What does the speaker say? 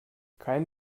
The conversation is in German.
kein